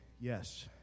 yes